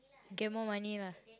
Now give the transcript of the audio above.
get more money lah